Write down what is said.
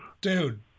dude